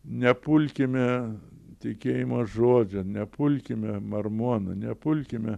nepulkime tikėjimo žodžio nepulkime mormonų nepulkime